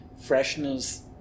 Freshness